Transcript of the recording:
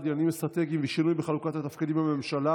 לעניינים אסטרטגיים ושינוי בחלוקת תפקידים בממשלה